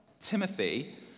Timothy